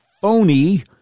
phony